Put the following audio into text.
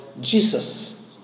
Jesus